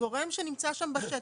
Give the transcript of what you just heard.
כגורם שנמצא שם בשטח,